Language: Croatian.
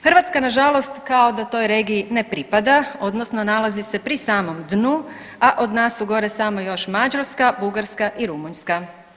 Hrvatska nažalost kao da toj regiji ne pripada odnosno nalazi se pri samom dnu, a od nas su gore samo još Mađarska, Bugarska i Rumunjska.